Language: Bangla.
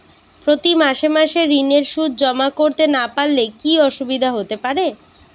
প্রতি মাসে মাসে ঋণের সুদ জমা করতে না পারলে কি অসুবিধা হতে পারে?